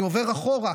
אני עובר אחורה,